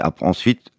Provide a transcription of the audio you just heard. ensuite